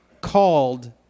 called